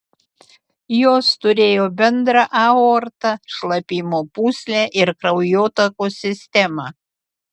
jos turėjo bendrą aortą šlapimo pūslę ir kraujotakos sistemą